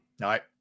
right